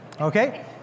Okay